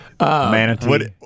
Manatee